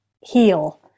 heal